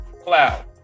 cloud